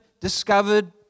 discovered